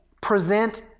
present